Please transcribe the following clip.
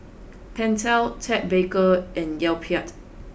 Pentel Ted Baker and Yoplait